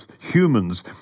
humans